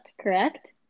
correct